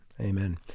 amen